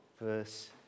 verse